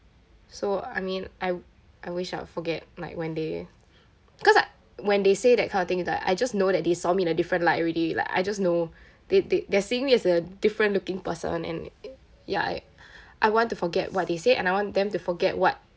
so I mean I I wish I would forget like when they cause like when they say that kind of thing is like I just know that they saw me in a different light already like I just know they they're seeing me as a different looking person and ya I I want to forget what they said and I want them to forget what